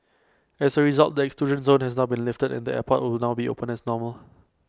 as A result the exclusion zone has now been lifted and the airport will now be open as normal